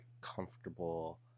comfortable